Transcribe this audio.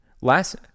Last